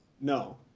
No